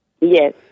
Yes